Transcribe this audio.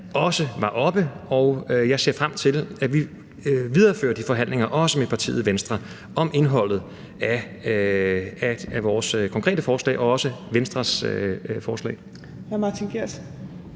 også var oppe, og jeg ser frem til, at vi viderefører de forhandlinger, også med partiet Venstre, om indholdet af vores konkrete forslag og også om Venstres forslag.